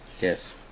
Yes